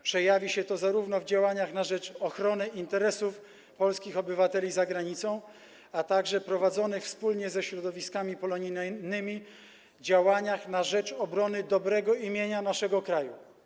Przejawi się to w działaniach na rzecz ochrony interesów polskich obywateli za granicą, a także prowadzonych wspólnie ze środowiskami polonijnymi działaniach na rzecz obrony dobrego imienia naszego kraju.